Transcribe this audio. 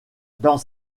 dans